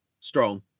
strong